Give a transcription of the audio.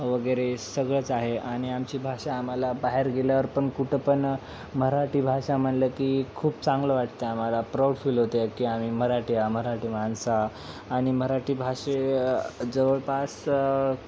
वगैरे सगळंच आहे आणि आमची भाषा आम्हाला बाहेर गेल्यावरपण कुठंपण म्हराठी भाषा म्हटलं की खूप चांगलं वाटते आम्हाला प्राऊड फील होते की आम्ही मराठी आ मराठी माणसं आणि मराठी भाषेजवळपास